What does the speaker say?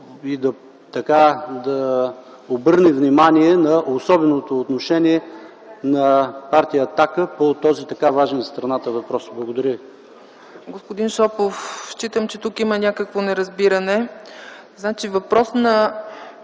и да обърнем внимание на особеното отношение на партия „Атака” по този така важен за страната въпрос. Благодаря